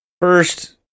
First